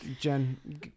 Jen